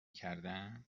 کردن